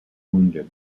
wounded